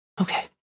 Okay